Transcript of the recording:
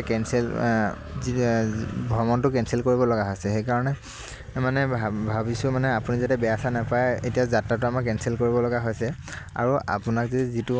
এতিয়া কেনচেল ভ্ৰমণটো কেনচেল কৰিব লগা হৈছে সেইকাৰণে মানে ভা ভাবিছোঁ মানে আপুনি যাতে বেয়া চেয়া নেপায় এতিয়া যাত্ৰাটো আমাৰ কেনচেল কৰিব লগা হৈছে আৰু আপোনাক যে যিটো